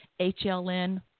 HLN